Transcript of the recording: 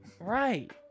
Right